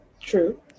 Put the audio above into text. True